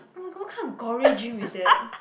oh my god what kind of gory dream is that